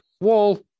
wall